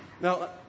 Now